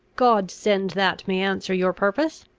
god send that may answer your purpose!